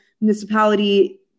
municipality